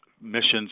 missions